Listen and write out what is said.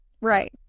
Right